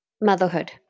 motherhood